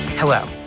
Hello